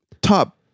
top